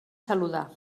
saludar